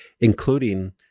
including